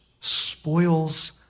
spoils